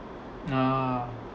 ah